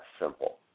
simple